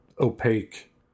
opaque